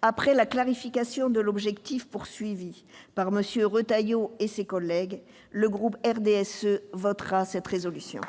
Après la clarification de l'objectif visé par M. Retailleau et ses collègues, le groupe du RDSE votera cette proposition